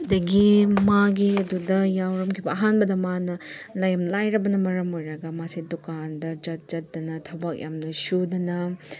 ꯑꯗꯒꯤ ꯃꯥꯒꯤ ꯑꯗꯨꯗ ꯌꯥꯎꯔꯝꯈꯤꯕ ꯑꯍꯥꯟꯕꯗ ꯃꯥꯅ ꯌꯥꯝ ꯂꯥꯏꯔꯕꯅ ꯃꯔꯝ ꯑꯣꯏꯔꯒ ꯃꯥꯁꯦ ꯗꯨꯀꯥꯟꯗ ꯆꯠ ꯆꯠꯇꯅ ꯊꯕꯛ ꯌꯥꯝꯅ ꯁꯨꯗꯅ